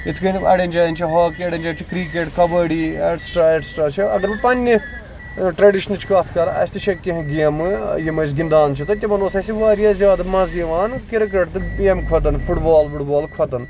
یِتھ کَنۍ آَڑین جاین چھُ ہاکی یِتھ کَن آَڑین جاین چھُ کِرکَٹ کَباڈی ایٹسٹرا ایٹسٹرا چھُ اَگر بہٕ پَنٕنہِ ٹریڈِشنٕچ کَتھ کرٕ اَسہِ تہِ چھےٚ کیٚنہہ گیمہٕ یِم أسۍ گِندان چھِ تہٕ تِمن اوس اَسہِ واریاہ زیادٕ مَزٕ یِوان کِرکَٹ ییٚمہِ کھۄتہٕ فُٹ بال وُٹ بال کھۄتہٕ